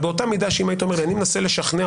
באותה מידה אם היית אומר לי שאני מנסה לשכנע